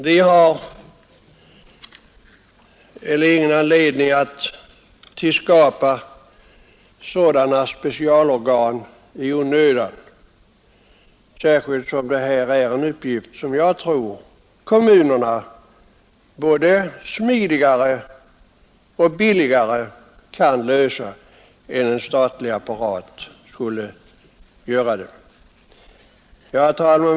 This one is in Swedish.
Vi har ingen anledning att tillskapa specialorgan i onödan, särskilt som det här är en uppgift som jag tror att kommunerna både smidigare och billigare kan lösa än en statlig apparat skulle göra. Herr talman!